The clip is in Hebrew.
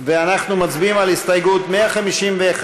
ואנחנו מצביעים על הסתייגות 151,